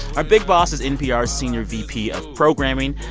our big boss is npr's senior vp of programming,